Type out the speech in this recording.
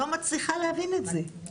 לא מצליחה להבין את זה,